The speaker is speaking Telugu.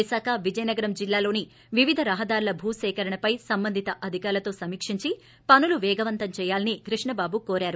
విశాఖ విజయనగరం జిల్లాల్లోని వివిధ రహదారుల భూ సేకరణపై సంబంధిత అధికారులతో సమీక్షించి పనులు వేగవంతం చేయాలని కృష్ణబాబు కోరారు